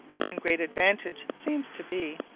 one great advantage seems to be,